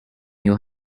your